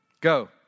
Go